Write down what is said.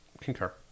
concur